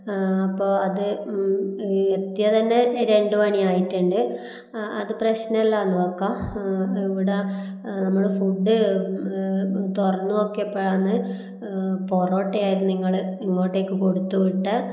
അപ്പോൾ അത് എത്തിയാൽ തന്നെ രണ്ടു മണി ആയിട്ടുണ്ട് അതു പ്രശ്നമല്ലയെന്നു വയ്ക്കാം ഇവിടെ നമ്മൾ ഫുഡ്ഡ് തുറന്ന് നോക്കിയപ്പോഴാണ് പൊറോട്ടയായിരുന്നു നിങ്ങൾ ഇങ്ങോട്ടേക്ക് കൊടുത്തു വിട്ടഠ